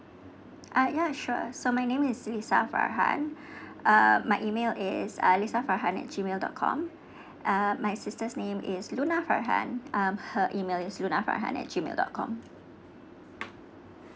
ah ya sure so my name is lisa farhan uh my email is uh lisa farhan at G mail dot com uh my sister's name is luna farhan um her email is luna farhan at G mail dot com